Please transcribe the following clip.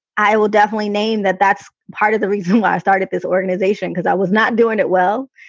i will definitely name that. that's part of the reason why i started this organization, because i was not doing it well.